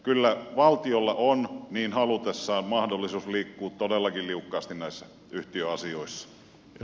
kyllä valtiolla on niin halutessaan mahdollisuus liikkua todellakin liukkaasti näissä yhtiöasioissa